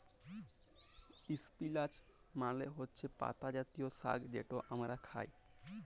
ইস্পিলাচ মালে হছে পাতা জাতীয় সাগ্ যেট আমরা খাই